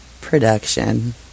Production